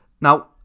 Now